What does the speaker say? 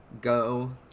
go